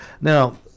Now